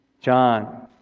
John